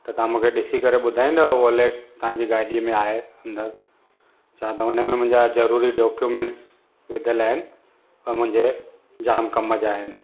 त तव्हां मूंखे ॾिसी करे ॿुधाईंदव वॉलेट तव्हांजी गाॾीअ में आहे न छा त उनमें मुंहिंजा ज़रुरी डोक्यूमैंट्स विधल आहिनि ऐं मुंहिंजे जाम कम जा आहिनि